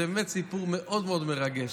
זה באמת סיפור מאוד מאוד מרגש,